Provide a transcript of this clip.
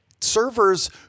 servers